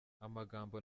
amagambo